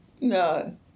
No